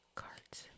cards